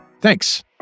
Thanks